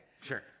Sure